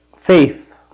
faith